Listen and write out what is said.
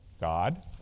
God